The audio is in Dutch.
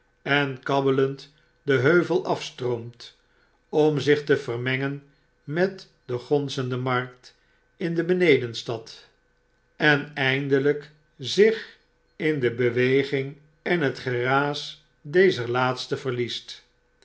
en kabbelend den heuvel afstroomt om zich te vermengen met de gonzende markt in de benedenstad en eindeljjk zich in de beweging en het geraas dezer laatste verliest